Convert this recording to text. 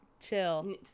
Chill